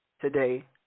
today